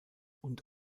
und